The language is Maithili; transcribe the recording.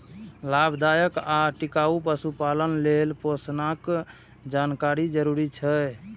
लाभदायक आ टिकाउ पशुपालन लेल पोषणक जानकारी जरूरी छै